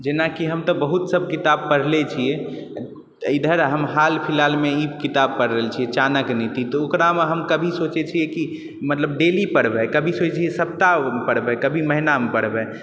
जेनाकि हम तऽ बहुत किताब सब पढ़ने छियै इधर हम हाल फिलहालमे हम ई किताब पढ़ि रहल छियै चाणक्य नीति तऽ ओकरामे हम कभी सोचै छियै कि मतलब डेली पढ़बै कभी सोचै सप्ताहमे पढ़बै कभी महिनामे पढ़बै